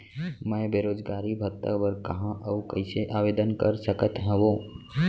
मैं बेरोजगारी भत्ता बर कहाँ अऊ कइसे आवेदन कर सकत हओं?